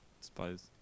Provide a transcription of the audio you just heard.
suppose